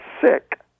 sick